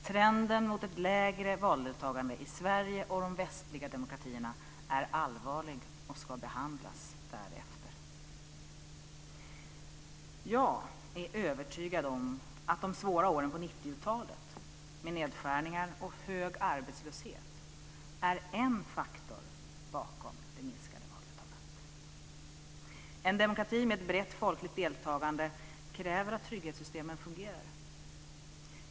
Trenden mot ett lägre valdeltagande i Sverige och de västliga demokratierna är allvarlig och ska behandlas därefter. Jag är övertygad om att de svåra åren på 1990 talet med nedskärningar och hög arbetslöshet är en faktor bakom det minskade valdeltagandet. En demokrati med ett brett folkligt deltagande kräver att trygghetssystemen fungerar.